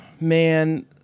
man